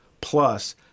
plus